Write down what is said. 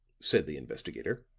said the investigator.